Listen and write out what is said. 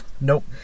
Nope